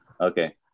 Okay